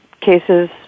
cases